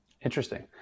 Interesting